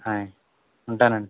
ఆయి ఉంటానండి